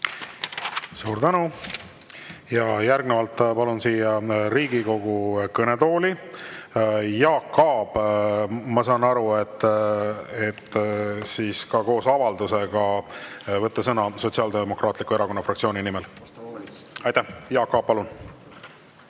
Suur tänu! Järgnevalt palun siia Riigikogu kõnetooli Jaak Aabi – ma saan aru, et siis ka koos avaldusega võtta sõna Sotsiaaldemokraatliku Erakonna fraktsiooni nimel. Jaak Aab, palun!